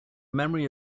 memory